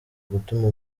gutuma